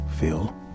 feel